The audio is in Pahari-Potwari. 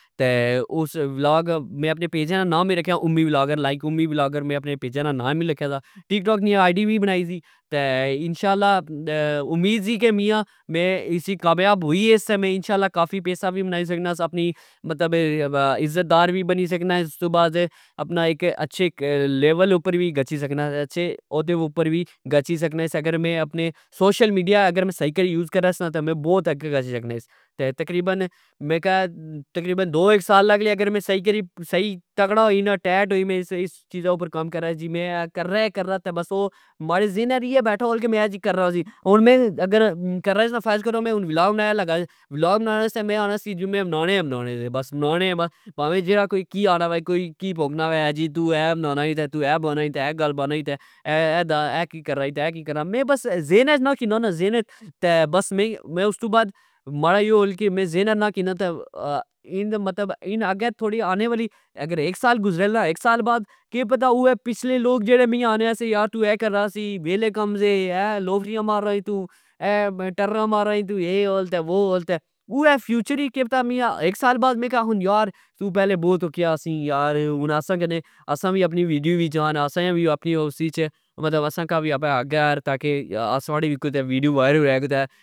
تہ اس ولاگ میں اپنے پیجہ نا نام وی رکھیا لائک امی ولاگر لائک امی ولاگر میں اپنے پیجہ نا ناپ رکھیا سا ٹکٹاک نی آئی ڈی وی بنائی سی تہ اسشااللہ امید سی کی میا اس وچ کامیاب ہوئی ایس تہ میں کافی پیسا وی بنائی سکنا سا اپنی مطلب اذت دار وی بنی سکناس تہ استو بعد اک اچھے لیول اپر وی گچھی سکنا اچھے اودے اپر وی گچھی سکناس اگر میں اپنے سوشل میڈیا سئی کری یوز کرنا س تہ نا میں بوت اگے گچھی سکناس تہ تقریبن کہ دو اک سال لگ لہ کہ میں اگر سئی کری سئی تگڑا ہوئی نا ٹئٹ ہوئی اس چیزہ اپر کم کرہ جی کرہ ای کرہ تہ ماڑے ذہنہ اچ ایا بیٹھا ہو ل کہ کرنا ہوسی ہن میں اگر کرنا سا نا فرض کرو ہن میں ولاگ بنایا لگہ ولاگ بنانے واستہ میں آکھنا سی کہ میں بنانے ای بنانے سے پاویں جیڑا کوئی آکھنا کی پونکنا وہہ اجی تو اہہ بنانا اے اہہ بانا ایں تہ اہہ گل بانا ایں تہ اے دا اہہ کی کرا اہہ کی کرا میں بس ذہنہچ نا کنو نا زہنہچ بس استو بعد ماڑا یو ہول کہ میں ذہنہچ نا کنا تہ اگہ تھوڑی آنہ وولی اگر اک سال گزرہ نا کہ پتا او پچھلے لوگ جیڑے می آکھنے کہ تو اہ کرنا سی ویلے کم سے اے لوفریاں مارنا سی تو اہہ ٹرنا مارنا سی تو اے اول تے وہ ہول تہ اوہہ فیوچر اچ تہ اک سال بعد مکی آکھن یار تو پہلے بوت کئیا سی یار ہن اسا وی اپنی ویڈیو وچ آن اسا وی آپنی اوس وچ مطلب اساں کی وی اگہ آن تاکے ساڑی وی ویڈیو وائرل وہہ کتھہ